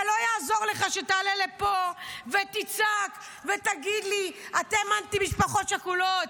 ולא יעזור לך שתעלה לפה ותצעק ותגיד לי: אתם אנטי משפחות שכולות,